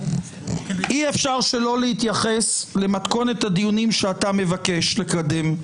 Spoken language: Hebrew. אי אפשר שלא להתייחס למתכונת הדיונים שאתה מבקש לקדם.